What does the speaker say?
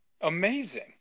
amazing